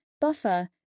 Buffer